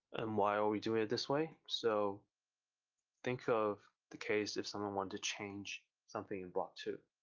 and why are we doing it this way? so think of the case if someone wanted to change something in block two.